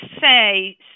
say